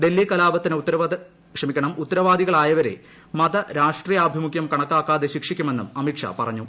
ഡൽഹി കലാപത്തിന് ഉത്തരവാദികളായവരെ മത രാഷ്ട്രീയാഭിമുഖ്യം കണക്കാക്കാതെ ശിക്ഷിക്കുമെന്നും അമിത് ഷാ പറഞ്ഞു